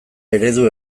eredu